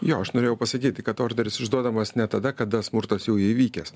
jo aš norėjau pasakyti kad orderis išduodamas ne tada kada smurtas jau įvykęs